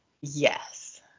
yes